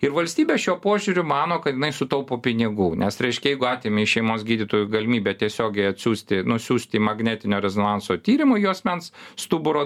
ir valstybė šiuo požiūriu mano kad jinai sutaupo pinigų nes reiškia jeigu atimi iš šeimos gydytojų galimybę tiesiogiai atsiųsti nusiųsti į magnetinio rezonanso tyrimų juosmens stuburo